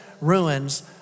ruins